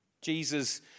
Jesus